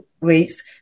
rates